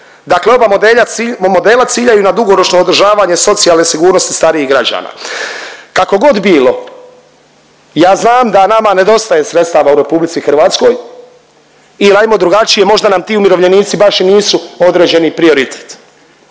dakle oba modela ciljaju na dugoročno održavanje socijalne sigurnosti starijih građana. Kako god bilo, ja znam da nama nedostaje sredstava u RH i lajmo drugačije, možda nam ti umirovljenici baš i nisu određeni prioritet,